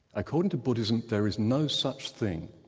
according to buddhism there is no such thing.